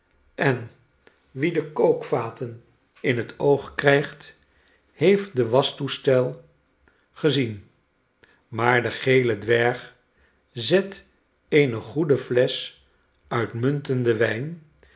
en wie de kookvaten in net oog krijgt heeft den waschtoestel gezien maar de gele dwerg zet eene goede flesch uitmuntenden wijn